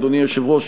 אדוני היושב-ראש,